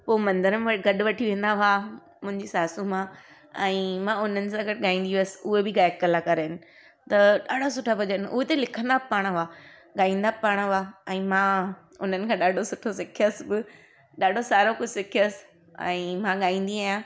पोइ मंदर में गॾु वठी वेंदा हुआ मुंहिंजी सासू मां ऐं मां हुननि सां गॾु गाईंदी हुअसि उहे बि गायक कलाकर आहिनि त ॾाढा सुठा भॼन उहे त लिखंदा पाण हुआ गाईंदा पाण हुआ ऐं मां हुननि खां ॾाढो सुठो सिखयसि हूअ ॾाढो सारो कुझु सिखयसि ऐं मां गाईंदी आहियां